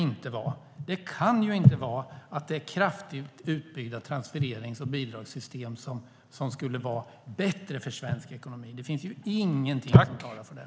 Svaret kan inte vara att ett kraftigt utbyggt transfererings och bidragssystem skulle vara bättre för svensk ekonomi. Det finns inget som talar för det.